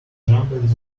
jumped